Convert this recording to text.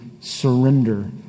surrender